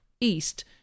east